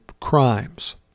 crimes